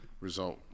Result